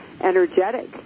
energetic